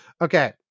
Okay